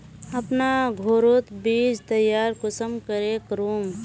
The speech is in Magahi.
अपना घोरोत बीज तैयार कुंसम करे करूम?